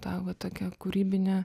tą va tokią kūrybinę